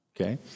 okay